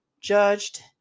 judged